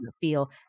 feel